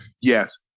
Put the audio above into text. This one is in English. Yes